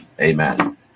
Amen